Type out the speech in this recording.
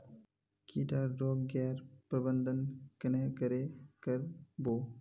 किट आर रोग गैर प्रबंधन कन्हे करे कर बो?